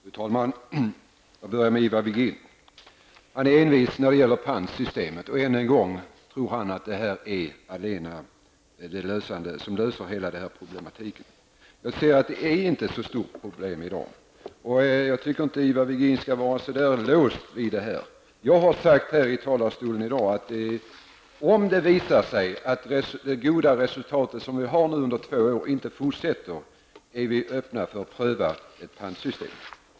Fru talman! Först vill jag vända mig till Ivar Virgin. Han är envis när det gäller pantsystemet. Han tror än en gång att det är pantsystemet som skall lösa hela problematiken. Som jag ser det är inte problemet så stort i dag. Jag tycker inte att Ivar Virgin skall vara så låst vid detta. Jag har sagt i talarstolen här i dag att om det visar sig att de goda resultat vi har uppnått under två år inte håller i sig, är vi öppna för att pröva ett pantsystem.